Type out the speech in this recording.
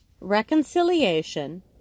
reconciliation